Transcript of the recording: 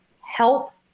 help